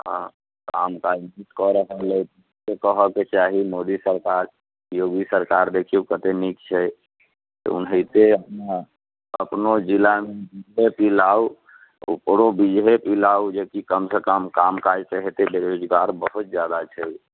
हँ काम काज नीक कऽ रहल अछि नहि कहऽके चाही मोदी सरकार योगी सरकार देखिऔ कतेक नीक छै ओनहिते अपनो जिलामे बी जे पी लाउ ओकरो बी जे पी लाउ जेकि कमसँ कम कोनो काम काज तऽ होयतै बेरोजगार बहुत जादा छै